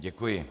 Děkuji.